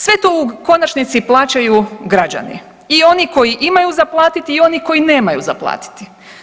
Sve to u konačnici plaćaju građani i oni koji imaju za platiti i oni koji nemaju za platiti.